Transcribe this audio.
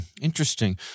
Interesting